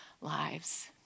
lives